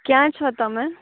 ક્યાં છો તમે